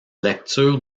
lecture